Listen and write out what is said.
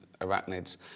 arachnids